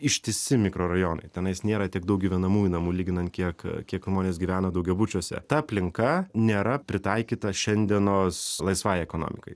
ištisi mikrorajonai tenais nėra tiek daug gyvenamųjų namų lyginant tiek kiek žmonės gyveno daugiabučiuose ta aplinka nėra pritaikyta šiandienos laisvai ekonomikai